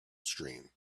stream